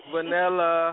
Vanilla